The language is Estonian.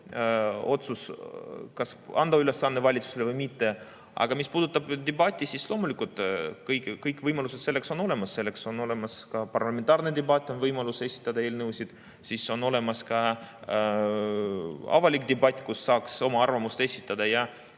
ütleb, kas anda ülesanne valitsusele või mitte. Aga mis puudutab debatti, siis loomulikult, kõik võimalused selleks on olemas. Selleks on olemas ka parlamentaarne debatt, on võimalus esitada eelnõusid, on olemas ka avalik debatt, kus saaks oma arvamust esitada.